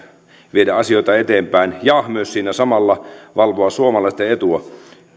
viedä asioita eteenpäin ja myös siinä samalla valvoa suomalaisten etua